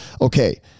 Okay